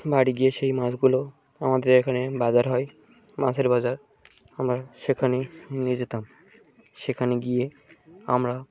বাড়ি গিয়ে সেই মাছগুলো আমাদের এখানে বাজার হয় মাছের বাজার আমরা সেখানে নিয়ে যেতাম সেখানে গিয়ে আমরা